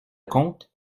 comte